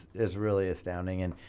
it's really astounding. and